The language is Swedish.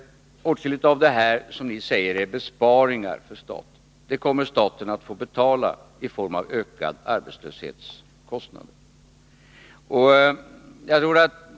Åtskilligt av det som ni säger är besparingar för staten kommer staten att få betala i form av ökade arbetslöshetskostnader — den frågan hann Lars Tobisson inte ta upp i sitt inlägg.